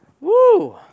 Woo